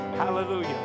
Hallelujah